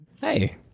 Hey